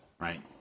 right